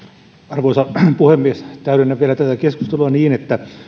arvoisa puhemies täydennän vielä tätä keskustelua niin että